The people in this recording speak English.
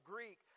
Greek